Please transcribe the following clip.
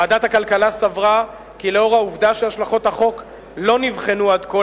ועדת הכלכלה סברה כי לאור העובדה שהשלכות החוק לא נבחנו עד כה,